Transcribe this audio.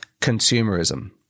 Consumerism